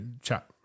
chat